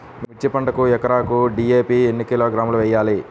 మిర్చి పంటకు ఎకరాకు డీ.ఏ.పీ ఎన్ని కిలోగ్రాములు వేయాలి?